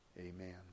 Amen